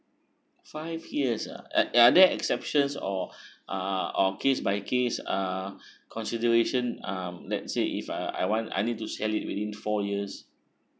five years ah uh are there exceptions or uh or case by case uh consideration um let's say if I I want I need to sell it within four years